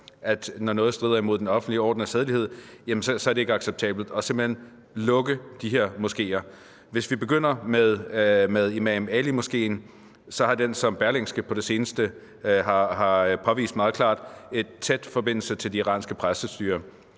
at når noget strider mod den offentlige orden og sædelighed, så er det ikke acceptabelt, og så skal man simpelt hen lukke de her moskeer. Hvis vi begynder med Imam Ali Moskeen, så har den, som Berlingske på det seneste har påvist meget klart, en tæt forbindelse til det iranske præstestyre.